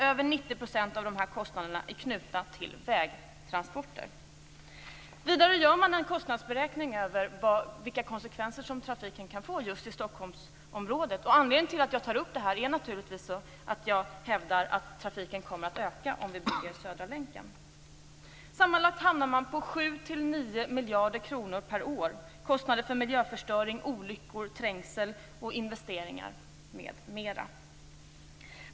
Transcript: Över 90 % av de här kostnaderna är knutna till vägtransporter. Vidare gör man en kostnadsberäkning av de konsekvenser som trafiken kan få just i Stockholmsområdet. Anledningen till att jag tar upp detta är naturligtvis, jag hävdar att det är så, att trafiken kommer att öka om vi bygger Södra länken. Sammanlagt hamnar man på 7-9 miljarder kronor per år i kostnader för miljöförstöring, olyckor, trängsel, investeringar m.m.